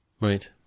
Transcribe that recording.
Right